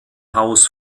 haus